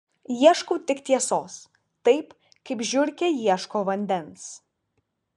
ieškau tik tiesos taip kaip žiurkė ieško vandens